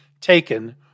taken